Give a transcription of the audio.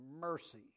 mercy